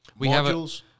modules